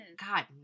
God